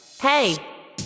Hey